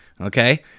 okay